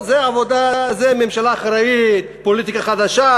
קונה לה פרחים לשבת,